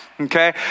okay